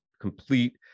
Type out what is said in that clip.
complete